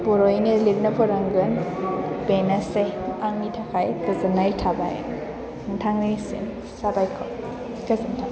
बर'यैनो लिरनो फोरोंगोन बेनोसै आंनि थाखाय गोजोन्नाय थाबाय नोंथांनिसिम साबायखर गोजोन्थों